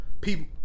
people